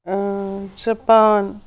Japan